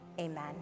amen